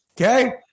okay